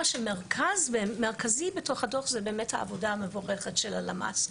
מה שמרכזי בתוך הדוח זה באמת העבודה המבורכת של הלמ"ס,